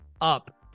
up